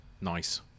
Nice